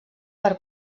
per